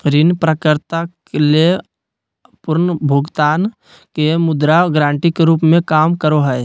ऋण प्राप्तकर्ता ले पुनर्भुगतान के मुद्रा गारंटी के रूप में काम करो हइ